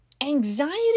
Anxiety